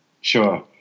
Sure